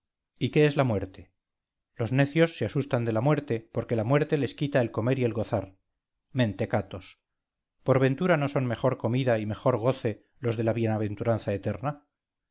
y qué es la muerte los necios se asustan de la muerte porque la muerte les quita el comer y el gozar mentecatos por ventura no son mejor comida y mejor goce los de la bienaventuranza eterna